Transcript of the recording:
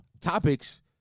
topics